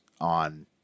on